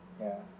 ya